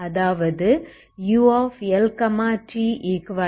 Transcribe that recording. அதாவது uLt0